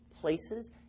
Places